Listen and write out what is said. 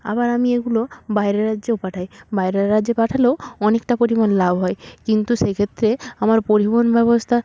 আবার আমি এগুলো বাইরের রাজ্যেও পাঠাই বাইরের রাজ্যে পাঠালেও অনেকটা পরিমাণ লাভ হয় কিন্তু সেই ক্ষেত্রে আমার পরিবহণ ব্যবস্থা